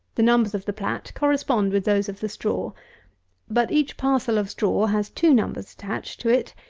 the numbers of the plat correspond with those of the straw but each parcel of straw has two numbers attached to it,